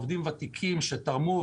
עובדים וותיקים שתרמו,